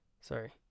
Sorry